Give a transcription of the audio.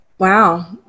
Wow